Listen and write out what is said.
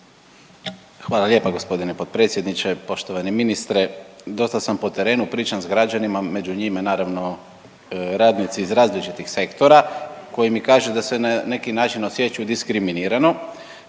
Hvala lijepa gospodine potpredsjedniče. Poštovani ministre, dosta sam po terenu, pričam s građanima, među njima naravno radnici iz različitih sektora koji mi kažu da se na neki način osjećaju diskriminirano.